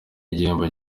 igihembo